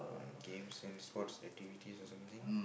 mm games and sports activities or something